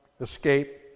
escape